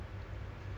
mmhmm